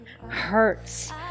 hurts